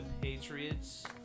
patriots